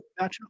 matchup